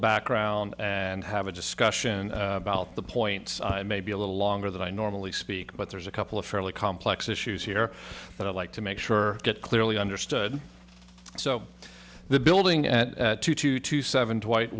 background and have a discussion about the points maybe a little longer than i normally speak but there's a couple of fairly complex issues here that i'd like to make sure that clearly understood so the building at two two two seven two white